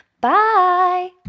Bye